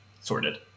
sorted